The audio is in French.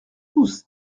tous